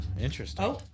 Interesting